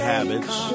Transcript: Habits